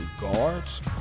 guards